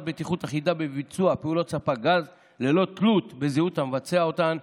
בטיחות אחידה בביצוע פעולות ספק גז ללא תלות בזהות המבצע אותן,